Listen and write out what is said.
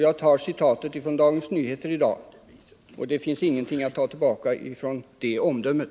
Jag hämtar citatet från Dagens Nyheter i dag, och det finns ingenting att ta tillbaka från det omdömet.